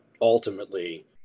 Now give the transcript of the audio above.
ultimately